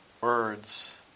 words